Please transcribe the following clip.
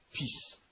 peace